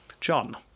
John